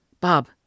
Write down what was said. Bob